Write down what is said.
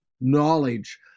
knowledge